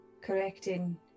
correcting